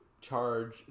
charge